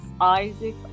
Isaac